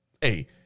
hey